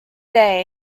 day